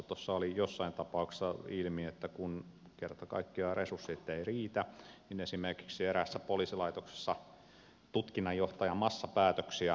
tuossa tuli jossakin tapauksessa ilmi että kun kerta kaikkiaan resurssit eivät riitä niin esimerkiksi eräässä poliisilaitoksessa tutkinnanjohtaja oli delegoinut massapäätöksiä alaiselleen